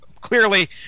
clearly